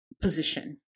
position